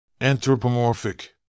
Anthropomorphic